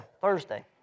Thursday